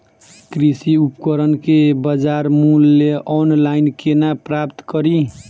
कृषि उपकरण केँ बजार मूल्य ऑनलाइन केना प्राप्त कड़ी?